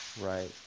right